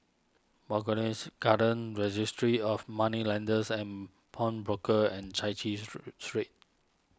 Garden Registry of Moneylenders and Pawnbrokers and Chai Chee Street